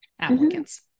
applicants